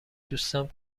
دوستم